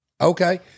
Okay